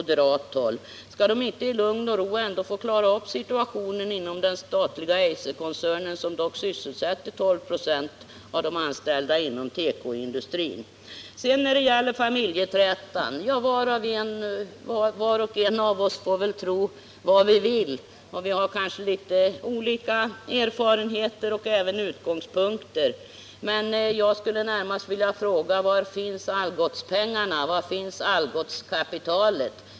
Kan man inte i lugn och ro få klara upp situationen inom den statliga Eiserkoncernen, som dock sysselsätter 12 96 av de anställda inom hela tekoindustrin? När det gäller familjeträtan får väl var och en av oss tro vad vi vill. Vi har litet olika erfarenheter och utgångspunkter. Men jag skulle närmast vilja fråga: Var finns Algotskapitalet?